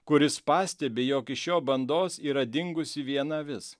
kuris pastebi jog iš jo bandos yra dingusi viena avis